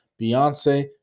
Beyonce